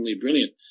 brilliant